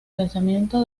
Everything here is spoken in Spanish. pensamiento